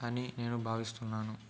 అని నేను భావిస్తున్నాను